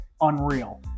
unreal